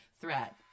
threat